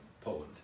Poland